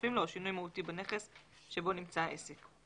המצורפים לו או שינוי מהותי בנכס שבו נמצא העסק".